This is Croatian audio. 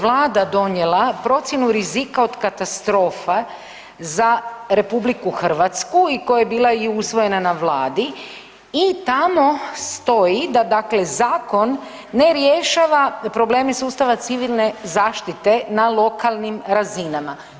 Vlada donijela procjenu rizika od katastrofa za RH i koja je bila usvojena na Vladi i tamo stoji da dakle zakon ne rješava probleme sustava civilne zaštite na lokalnim razinama.